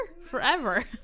forever